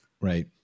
Right